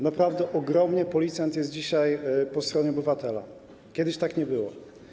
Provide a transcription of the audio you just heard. Naprawdę policjant jest dzisiaj po stronie obywatela, kiedyś tak nie było.